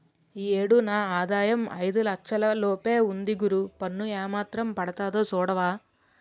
ఈ ఏడు నా ఆదాయం ఐదు లచ్చల లోపే ఉంది గురూ పన్ను ఏమాత్రం పడతాదో సూడవా